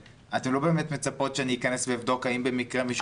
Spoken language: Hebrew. אתן לא באמת מצפות אני אכנס ואבדוק האם במקרה הייתי ליד חולה מאומת.